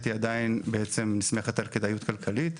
היא עדיין בעצם נסמכת על כדאיות כלכלית.